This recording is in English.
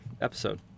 episode